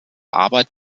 arbeit